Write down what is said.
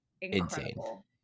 incredible